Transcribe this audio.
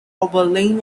oberlin